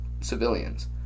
civilians